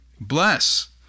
Bless